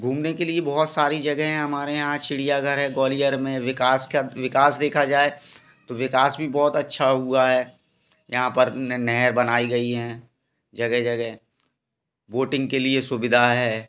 घूमने के लिए बहुत सारी जगह है हमारे यहाँ चिड़ियाघर है ग्वालियर में विकास का विकास देखा जाए तो विकास भी बहुत अच्छा हुआ है यहाँ पर नहर बनाई गई है जगह जगह बोटिंग के लिए सुविधा है